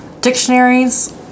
dictionaries